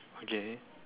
okay